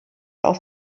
aus